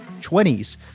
20s